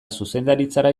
zuzendaritzara